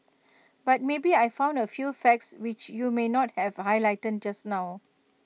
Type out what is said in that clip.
but maybe I found A few facts which you may not have highlighted just now